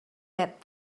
that